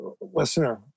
listener